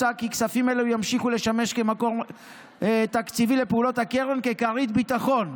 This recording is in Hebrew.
מוצע כי כספים אלו ימשיכו לשמש כמקור תקציבי לפעולות הקרן ככרית ביטחון.